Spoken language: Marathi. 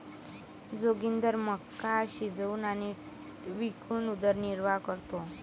जोगिंदर मका शिजवून आणि विकून उदरनिर्वाह करतो